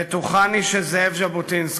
בטוחני שזאב ז'בוטינסקי,